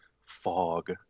fog